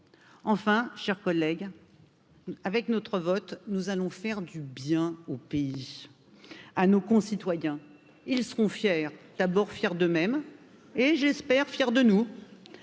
enfin, chers collègues. Avec notre vote, nous allons faire du bien au pays. À nos concitoyens, ils seront fiers, d'abord fiers d'eux mêmes et, je l'espère, fiers de nous.